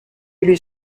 élu